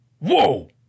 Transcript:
Whoa